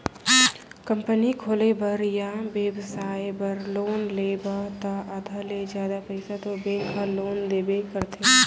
company खोले बर या बेपसाय बर लोन लेबे त आधा ले जादा पइसा तो बेंक ह लोन देबे करथे